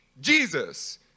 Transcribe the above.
Jesus